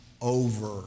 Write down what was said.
over